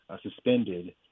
suspended